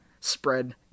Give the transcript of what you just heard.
spread